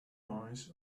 boys